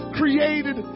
created